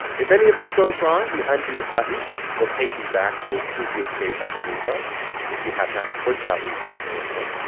if any of this goes wrong, the undo button will take you back to a previous state of the repo if you have not pushed that repo to a remote,